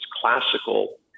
classical